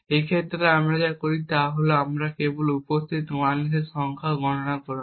এই ক্ষেত্রে আমরা যা করি তা হল আমরা কেবল উপস্থিত 1s সংখ্যা গণনা করুন